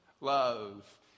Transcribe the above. love